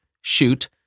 shoot